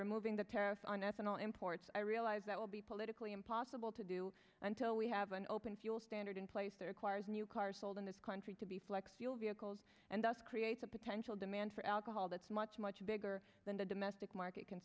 removing the tariffs on ethanol imports i realize that will be politically impossible to do until we have an open fuel standard in place that acquires new cars sold in this country to be flex fuel vehicles and thus create a potential demand for alcohol that's much much bigger than the domestic market can